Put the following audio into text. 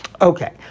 Okay